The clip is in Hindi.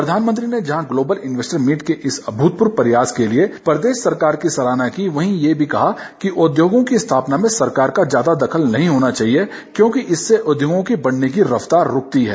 प्रधानमंत्री ने जहां ग्लोबल इन्वेस्टर मीट के इस अभूतपूर्व प्रयास के लिए प्रदेश सरकार की सराहना की वहीं ये भी कहा कि उद्योगों की स्थापना में सरकार का ज्यादा दखल नहीं होना चाहिए क्योंकि इसमें उद्योगों की बढ़ने की रफ़तार रूकती है